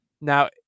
Now